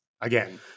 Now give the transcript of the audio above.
again